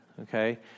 okay